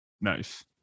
Nice